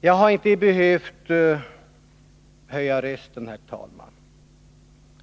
Jag har inte, herr talman, behövt höja rösten.